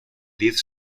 diez